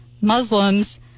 Muslims